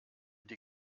die